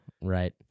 Right